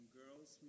girls